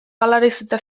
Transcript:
galarazita